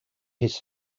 his